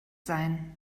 sein